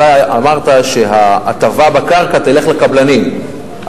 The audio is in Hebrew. אתה אמרת שההטבה בקרקע תלך לקבלנים,